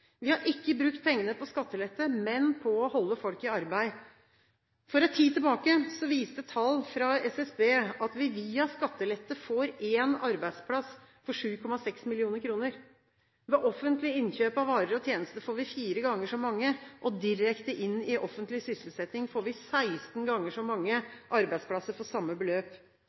Vi har ikke brukt pengene på skattelette, men på å holde folk i arbeid. For en tid tilbake viste tall fra SSB at vi via skattelette får én arbeidsplass for 7,6 mill kr. Ved offentlig innkjøp av varer og tjenester får vi fire ganger så mange. Direkte inn i offentlig sysselsetting får vi 16 ganger så mange arbeidsplasser for samme beløp.